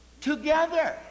Together